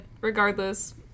regardless